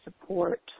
support